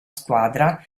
squadra